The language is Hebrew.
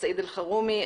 סעיד אלחרומי,